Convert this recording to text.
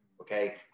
Okay